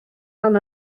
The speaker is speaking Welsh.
tan